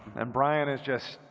and brian is just.